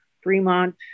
Fremont